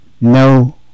No